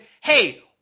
hey